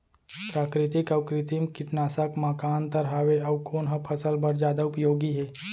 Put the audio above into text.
प्राकृतिक अऊ कृत्रिम कीटनाशक मा का अन्तर हावे अऊ कोन ह फसल बर जादा उपयोगी हे?